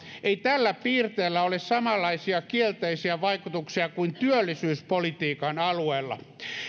ei tällä piirteellä ole samanlaisia kielteisiä vaikutuksia kuin työllisyyspolitiikan alueella